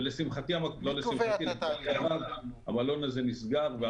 ולשמחתי המלון הזה נסגר.